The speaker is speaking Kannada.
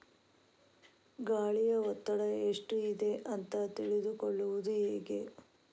ಗಾಳಿಯ ಒತ್ತಡ ಎಷ್ಟು ಇದೆ ಅಂತ ತಿಳಿದುಕೊಳ್ಳುವುದು ಹೇಗೆ?